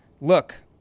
look